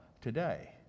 today